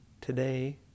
today